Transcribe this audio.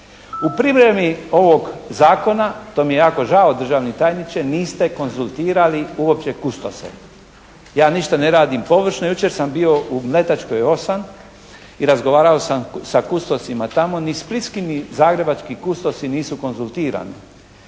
U pripremi ovog Zakona, to mi je jako žao državni tajniče niste konzultirali uopće kustose. Ja ništa ne radim površno. Jučer sam bio u Mletačkoj 8 i razgovarao sam sa kustosima tamo. Ni splitski ni zagrebački kustosi nisu konzultirani.